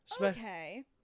Okay